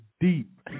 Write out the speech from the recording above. deep